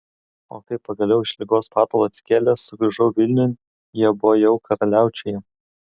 o kai pagaliau iš ligos patalo atsikėlęs sugrįžau vilniun jie buvo jau karaliaučiuje